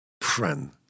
friend